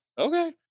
Okay